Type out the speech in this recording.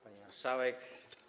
Pani Marszałek!